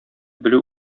белү